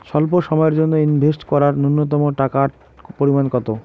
স্বল্প সময়ের জন্য ইনভেস্ট করার নূন্যতম টাকার পরিমাণ কত?